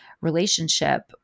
relationship